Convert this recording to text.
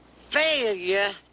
failure